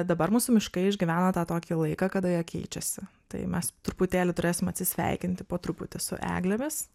dabar mūsų miškai išgyvena tą tokį laiką kada jie keičiasi tai mes truputėlį turėsim atsisveikinti po truputį su eglėmis